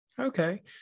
Okay